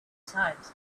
times